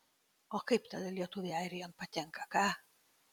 o kaip tada lietuviai airijon patenka ką